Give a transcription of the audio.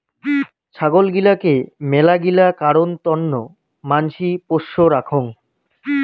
ছাগল গিলাকে মেলাগিলা কারণ তন্ন মানসি পোষ্য রাখঙ